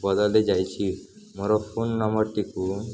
ବଦଳି ଯାଇଛି ମୋର ଫୋନ ନମ୍ବରଟିକୁ